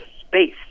space